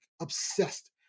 obsessed